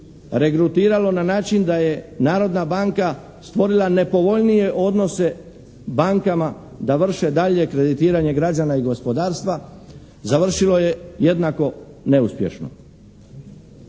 regrutiralo na način da je Narodna banka stvorila nepovoljnije odnose bankama da vrše dalje kreditiranje građana i gospodarstva završilo je jednako neuspješno.